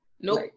nope